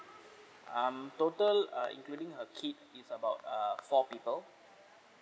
um total uh including her kid is about err four people